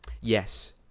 Yes